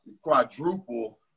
quadruple